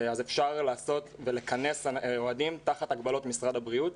אפשר לכנס אוהדים תחת הגבלות משרד הבריאות.